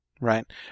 right